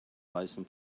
weißem